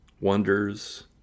wonders